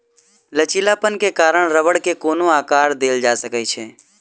लचीलापन के कारण रबड़ के कोनो आकर देल जा सकै छै